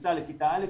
בכניסה לכיתה א'.